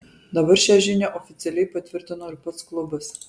dabar šią žinią oficialiai patvirtino ir pats klubas